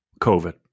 COVID